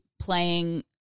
playing